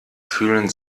fühlen